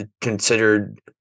considered